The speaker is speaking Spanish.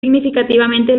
significativamente